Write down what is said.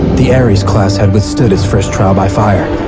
the ares class had withstood its first trial by fire.